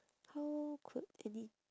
how could any